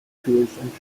tours